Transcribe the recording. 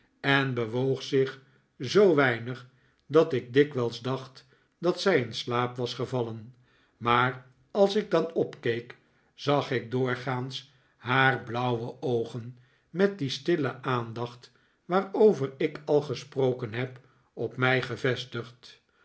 en bewoog zich zoo weinig dat ik dikwijls dacht dat zij in slaap was gevallen maar als ik dan opkeek zag ik doorgaans haar blauwe oogen met die stille aandacht waarover ik al gesproken heb op mij gevestigd